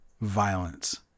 violence